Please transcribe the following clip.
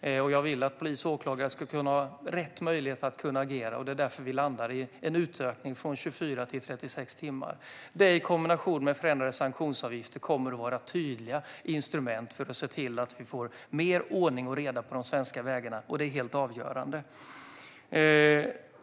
Jag vill att polis och åklagare ska ha rätt möjligheter att agera. Det är därför vi landar i en utökning från 24 till 36 timmar. Det i kombination med förändrade sanktionsavgifter kommer att vara ett tydligt instrument för att se till att vi får mer ordning och reda på de svenska vägarna, och det är helt avgörande.